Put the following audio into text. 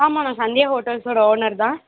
ஆமாம் நான் சந்தியா ஹோட்டல்ஸோட ஓனர் தான்